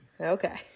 Okay